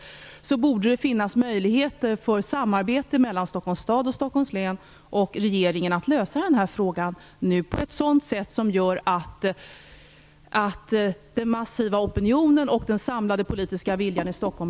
Därför borde det finnas möjligheter till samarbete mellan Stockholms stad, Stockholms län och regeringen, så att man kan lösa den här frågan på ett sådant sätt att den massiva opinionen blir nöjd, med tanke på den samlade politiska viljan i Stockholm.